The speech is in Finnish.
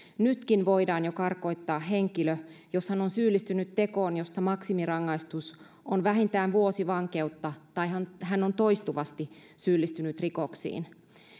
nytkin voidaan jo karkottaa henkilö jos hän on syyllistynyt tekoon josta maksimirangaistus on vähintään vuosi vankeutta tai hän hän on toistuvasti syyllistynyt rikoksiin